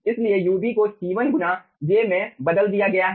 इसलिए ub को C1 गुना j में बदल दिया गया है